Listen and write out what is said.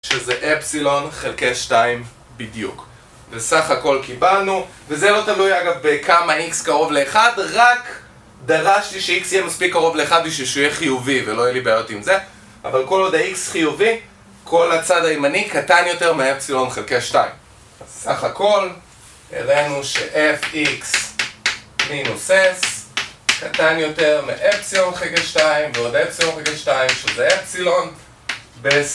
שזה Epsilon חלקי שתיים בדיוק וסך הכל קיבלנו וזה לא תלוי אגב בכמה X קרוב ל-1 רק דרשתי ש-X יהיה מספיק קרוב ל-1 בשביל שהוא יהיה חיובי ולא יהיה לי בעיות עם זה, אבל כל עוד ה-X חיובי כל הצד הימני קטן יותר מאפסילון חלקי שתיים סך הכל הראינו ש-Fx מינוס S קטן יותר מאפסילון חלקי שתיים ועוד אפסילון חלקי שתיים שזה אפסילון בס...